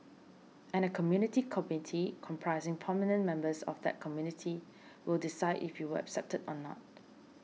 and a Community Committee comprising prominent members of that community will decide if you were accepted or not